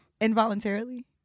Involuntarily